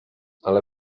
ale